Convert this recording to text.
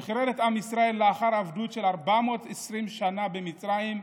שחרר את עם ישראל לאחר עבדות של 420 שנה במצרים,